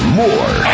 more